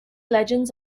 legends